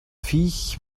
viech